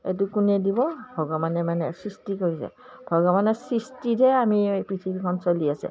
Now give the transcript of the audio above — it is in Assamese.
এইটো কোনে দিব ভগৱানে মানে সৃষ্টি কৰি যায় ভগৱানে সৃষ্টিতে আমি এই পৃথিৱীখন চলি আছে